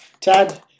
Tad